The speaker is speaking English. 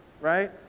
right